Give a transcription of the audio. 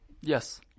Yes